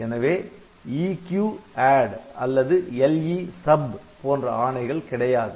எனவே EQADD அல்லது LESUB போன்ற ஆணைகள் கிடையாது